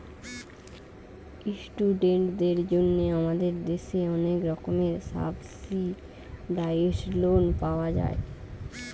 ইস্টুডেন্টদের জন্যে আমাদের দেশে অনেক রকমের সাবসিডাইসড লোন পাওয়া যায়